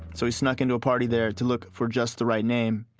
so he snuck into a party there to look for just the right name.